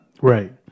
Right